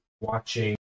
watching